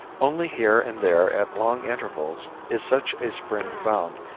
only here and there at long intervals is such a spring found,